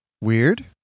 Weird